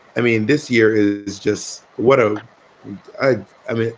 i mean, this year is just what ah i am.